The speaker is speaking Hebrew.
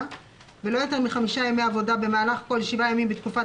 ולא יותר מחמישה ימי עבודה במהלך כל שבעה ימים בתקופת